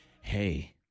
hey